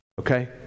okay